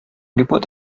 geburt